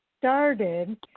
started